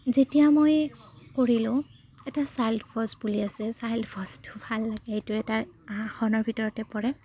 যেতিয়া মই কৰিলোঁ এটা বুলি আছে ভাল লাগে এইটো এটা আসনৰ ভিতৰতে পৰে